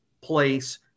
place